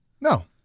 No